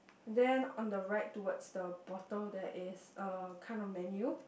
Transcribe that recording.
then on the right towards the bottle there is a kind of menu